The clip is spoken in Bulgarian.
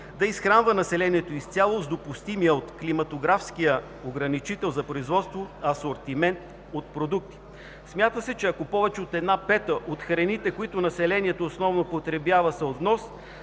да изхранва населението изцяло с допустимия от климатографския ограничител за производство асортимент от продукти. Смята се, че ако повече от една пета от храните, които населението основно потребява, са от внос,